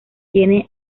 tiene